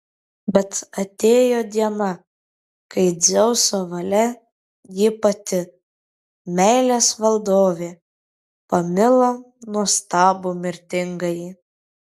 bet atėjo diena kai dzeuso valia ji pati meilės valdovė pamilo nuostabų mirtingąjį